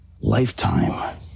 lifetime